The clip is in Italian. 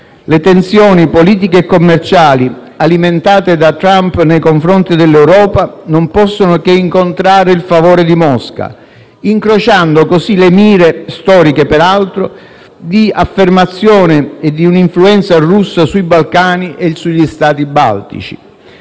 Le tensioni politiche e commerciali alimentate da Trump nei confronti dell'Europa non possono che incontrare il favore di Mosca, incrociando così le mire storiche di affermazione e di una influenza russa sui Balcani e sugli Stati baltici.